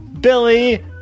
Billy